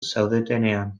zaudetenean